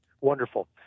Wonderful